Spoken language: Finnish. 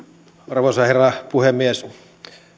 arvoisa herra puhemies